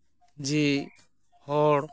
ᱡᱮ ᱦᱚᱲ